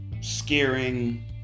scaring